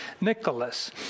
Nicholas